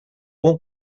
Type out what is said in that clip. ball